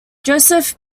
joseph